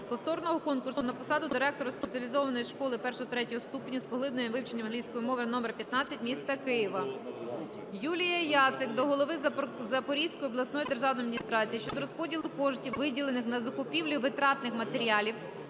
повторного конкурсу на посаду директора спеціалізованої школи І-III ступенів з поглибленим вивченням англійської мови № 15 міста Києва. Юлії Яцик до голови Запорізької обласної державної адміністрації щодо розподілу коштів, виділених на закупівлю витратних матеріалів